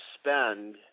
spend